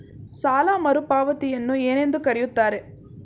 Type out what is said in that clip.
ಸಾಲ ಮರುಪಾವತಿಯನ್ನು ಏನೆಂದು ಕರೆಯುತ್ತಾರೆ?